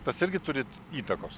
tas irgi turi įtakos